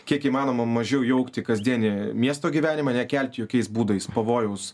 kiek įmanoma mažiau jaukti kasdienį miesto gyvenimą nekelti jokiais būdais pavojaus